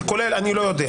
אם זה כולל אני לא יודע,